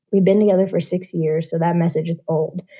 we've been together for six years, so that message is old.